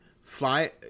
fly